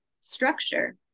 structure